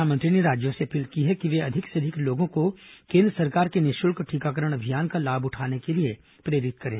प्रधानमंत्री ने राज्यों से अपील की है कि वे अधिक से अधिक लोगों को केन्द्र सरकार के निःशल्क टीकाकरण अभियान का लाभ उठाने के लिए प्रेरित करें